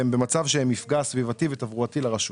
שבו הם מהווים מפגע סביבתי ותברואתי לרשות.